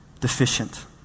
deficient